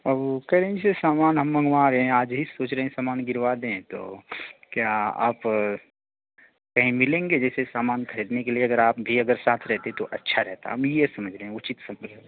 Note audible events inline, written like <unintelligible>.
अब वह <unintelligible> सामान हम मंगवा रहे हैं आज ही सोच रहे हैं सामान गिरवा दें तो क्या आप कहीं मिलेंगे जैसे सामान ख़रीदने के लिए अगर आप भी अगर साथ रहते तो अच्छा रहता हम यह समझ रहे हैं उचित समझ रहे हैं